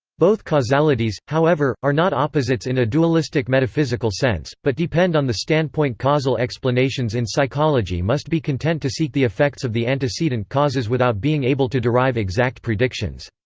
both causalities, however, are not opposites in a dualistic metaphysical sense, but depend on the standpoint causal explanations in psychology must be content to seek the effects of the antecedent causes without being able to derive exact predictions.